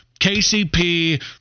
KCP